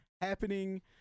happening